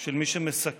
של מי שמסכן,